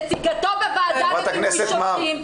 נציגתו בוועדה למינוי שופטים".